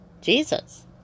Jesus